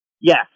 Yes